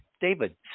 David